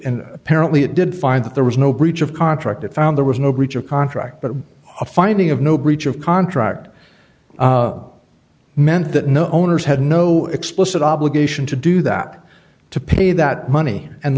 and apparently it did find that there was no breach of contract it found there was no breach of contract but a finding of no breach of contract meant that no owners had no explicit obligation to do that to pay that money and